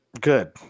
good